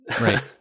Right